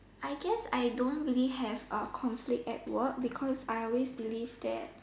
I guess I don't really have a conflict at work because I always believe that